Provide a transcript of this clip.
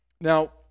Now